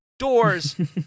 Doors